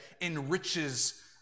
enriches